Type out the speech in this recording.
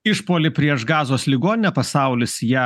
išpuolį prieš gazos ligoninę pasaulis ją